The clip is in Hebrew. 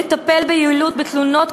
לטפל ביעילות בתלונות,